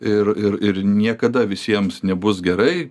ir ir ir niekada visiems nebus gerai